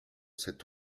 cet